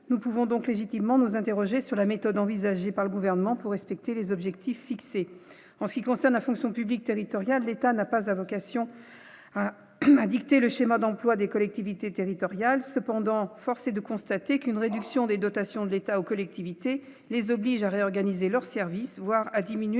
nous pouvons donc légitimement nous interroger sur la méthode envisagée par le gouvernement pour respecter les objectifs fixés en ce qui concerne la fonction publique territoriale de l'État n'a pas à vocation à dicter le schéma d'emplois des collectivités territoriales, cependant, force est de constater qu'une réduction des dotations de l'État aux collectivités les oblige à réorganiser leurs services, voire à diminuer